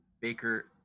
Baker